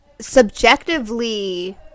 subjectively